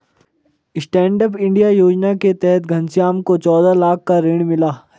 stand up India योजना के तहत घनश्याम को चौदह लाख का ऋण मिला है